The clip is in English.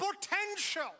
potential